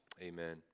Amen